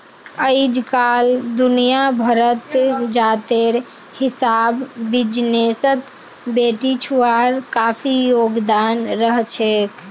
अइजकाल दुनिया भरत जातेर हिसाब बिजनेसत बेटिछुआर काफी योगदान रहछेक